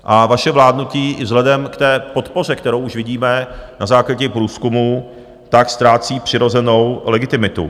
A vaše vládnutí i vzhledem k té podpoře, kterou už vidíme na základě průzkumů, tak ztrácí přirozenou legitimitu.